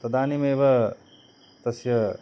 तदानीमेव तस्य